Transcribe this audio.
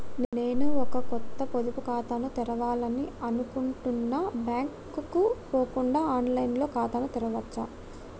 నేను ఒక కొత్త పొదుపు ఖాతాను తెరవాలని అనుకుంటున్నా బ్యాంక్ కు పోకుండా ఆన్ లైన్ లో ఖాతాను తెరవవచ్చా?